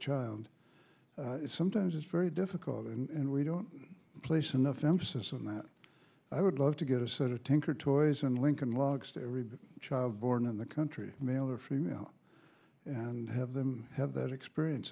child sometimes it's very difficult and we don't place enough emphasis on that i would love to get a set of tinkertoys and lincoln logs to every child born in the country male or female and have them have that experience